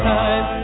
time